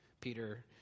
Peter